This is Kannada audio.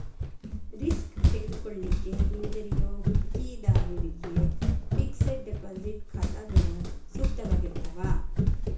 ರಿಸ್ಕ್ ತೆಗೆದುಕೊಳ್ಳಿಕ್ಕೆ ಹಿಂಜರಿಯೋ ಹೂಡಿಕಿದಾರ್ರಿಗೆ ಫಿಕ್ಸೆಡ್ ಡೆಪಾಸಿಟ್ ಖಾತಾಗಳು ಸೂಕ್ತವಾಗಿರ್ತಾವ